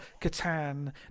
Catan